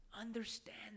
Understand